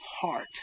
heart